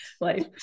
life